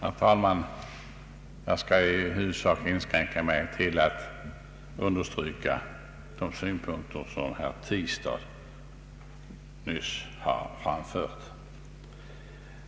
Herr talman! Jag vill i huvudsak inskränka mig till att understryka de synpunkter som herr Tistad nyss anförde.